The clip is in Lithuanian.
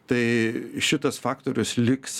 tai šitas faktorius liks